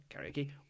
karaoke